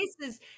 cases